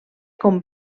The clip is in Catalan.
com